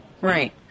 Right